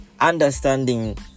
understanding